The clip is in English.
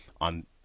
on